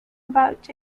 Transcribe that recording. about